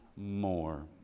more